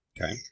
Okay